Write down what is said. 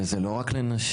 וזה לא רק לנשים.